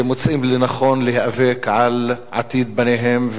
שמוצאים לנכון להיאבק על עתיד בניהם,